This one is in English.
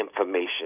information